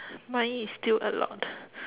mine is still a lot